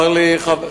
צר לי.